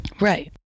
Right